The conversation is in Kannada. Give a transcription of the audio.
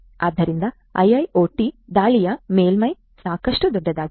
ಆದ್ದರಿಂದ IIoT ದಾಳಿಯ ಮೇಲ್ಮೈ ಸಾಕಷ್ಟು ದೊಡ್ಡದಾಗಿದೆ